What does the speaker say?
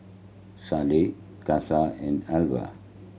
Shyla Case and Arvilla